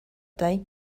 day